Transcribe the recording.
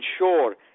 ensure